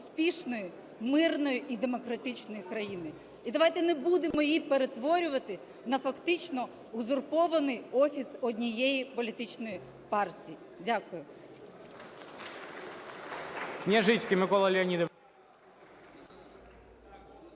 успішної, мирної і демократичної країни. І давайте не будемо її перетворювати на фактично узурпований офіс однієї політичної партії. Дякую.